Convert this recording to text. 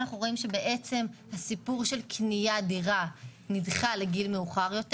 רואים שבעצם סיפור של קניית דירה נדחה לגיל מאוחר יותר.